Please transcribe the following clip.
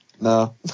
No